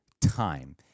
time